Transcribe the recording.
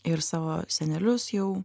ir savo senelius jau